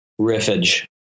riffage